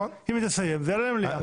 אם היא תסיים, זה יעלה למליאה.